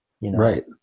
Right